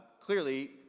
clearly